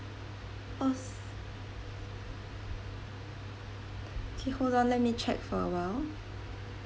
oh okay hold on let me check for a while